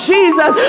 Jesus